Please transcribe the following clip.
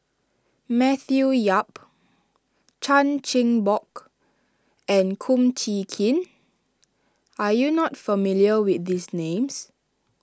Matthew Yap Chan Chin Bock and Kum Chee Kin are you not familiar with these names